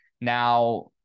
Now